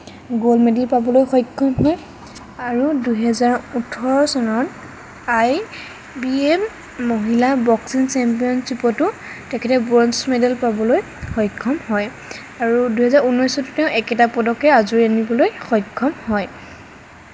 gold medal পাবলৈ সক্ষম হয় আৰু দুহেজাৰ ওঠৰ চনত আই বি এম মহিলা বক্সিং চেম্পিয়নশ্বিপতো তেখেতে ব্ৰঞ্জ মেডেল পাবলৈ সক্ষম হয় আৰু দুহেজাৰ উনৈশতো তেওঁ একেটা পদকে আজুৰি আনিবলৈ সক্ষম হয়